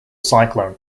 cyclone